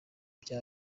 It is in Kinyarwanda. bya